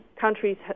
countries